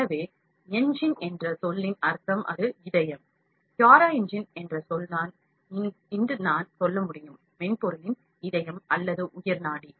எனவே என்ஜின் என்ற சொல்லின் அர்த்தம் அது இதயம் Cura Engine என்ற சொல் தான் என்று நான் சொல்ல முடியும் மென்பொருளின் இதயம் அல்லது உயிர்நாடி